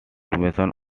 formation